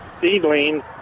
seedling